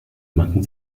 macken